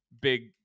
big